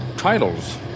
titles